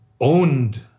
owned